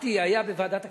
היה בוועדת הכספים,